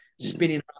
spinning